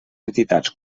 entitats